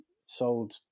sold